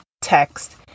text